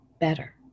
better